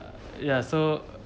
err ya so